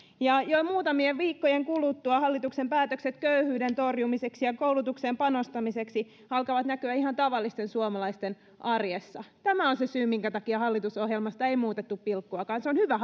jo muutamien viikkojen kuluttua hallituksen päätökset köyhyyden torjumiseksi ja ja koulutukseen panostamiseksi alkavat näkyä ihan tavallisten suomalaisten arjessa tämä on se syy minkä takia hallitusohjelmasta ei muutettu pilkkuakaan se on hyvä